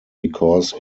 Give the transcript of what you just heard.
because